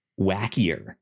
wackier